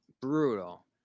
brutal